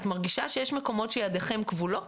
את מרגישה שיש מקומות שידיכן כבולות?